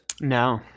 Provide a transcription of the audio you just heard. No